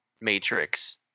Matrix